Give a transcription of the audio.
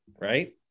right